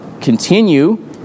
continue